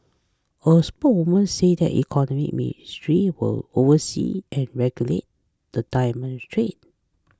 a spokeswoman says that the Economy Ministry will oversee and regulate the diamond trade